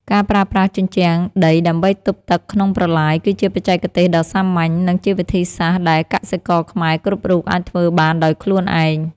ការប្រើប្រាស់ជញ្ជាំងដីដើម្បីទប់ទឹកក្នុងប្រឡាយគឺជាបច្ចេកទេសដ៏សាមញ្ញ និងជាវិធីសាស្ត្រដែលកសិករខ្មែរគ្រប់រូបអាចធ្វើបានដោយខ្លួនឯង។